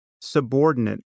subordinate